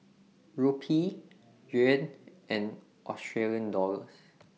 Rupee Yuan and Australian Dollars